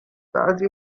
بعضی